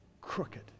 Crooked